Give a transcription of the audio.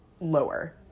Lower